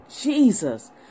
Jesus